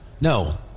No